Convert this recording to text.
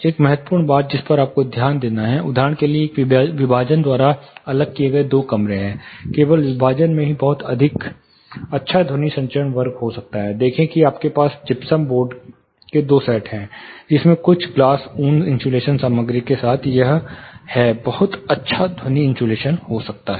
एक महत्वपूर्ण बात जिस पर आपको ध्यान देना है उदाहरण के लिए एक विभाजन द्वारा अलग किए गए दो कमरे हैं केवल विभाजन में ही एक बहुत अच्छा ध्वनि संचरण वर्ग हो सकता है देखें कि आपके पास जिप्सम बोर्ड के दो सेट हैं जिसमें कुछ ग्लास ऊन इन्सुलेशन सामग्री के साथ यह है बहुत अच्छा ध्वनि इन्सुलेशन हो सकता है